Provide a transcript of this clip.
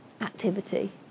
activity